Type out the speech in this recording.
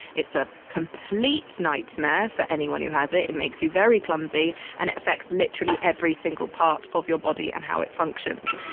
it's a complete nightmare for anyone who has it. it makes you very clumsy and it affects literally every single part of your body and how it functions.